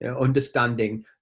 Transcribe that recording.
understanding